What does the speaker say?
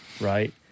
right